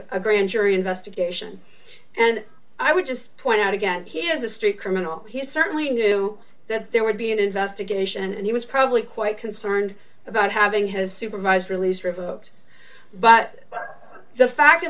a grand jury investigation and i would just point out again he has a straight criminal he certainly knew that there would be an investigation and he was probably quite concerned about having his supervised release revoked but the fact